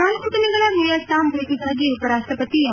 ನಾಲ್ಲು ದಿನಗಳ ವಿಯೆಟ್ನಾಂ ಭೇಟಗಾಗಿ ಉಪರಾಪ್ಲಪತಿ ಎಂ